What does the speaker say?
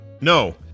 No